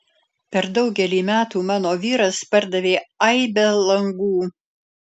per daugelį metų mano vyras pardavė aibę langų